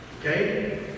okay